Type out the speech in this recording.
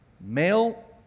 male